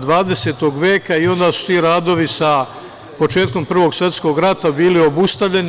XX veka i onda su ti radovi sa početkom Drugog svetskog rata bili obustavljeni.